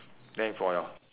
then for your